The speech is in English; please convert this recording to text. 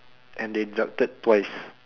and they deducted twice